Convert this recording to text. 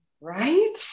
Right